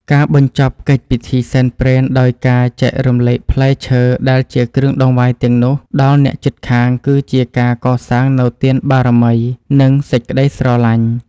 ការបញ្ចប់កិច្ចពិធីសែនព្រេនដោយការចែករំលែកផ្លែឈើដែលជាគ្រឿងដង្វាយទាំងនោះដល់អ្នកជិតខាង គឺជាការសាងនូវទានបារមី និងសេចក្តីស្រឡាញ់។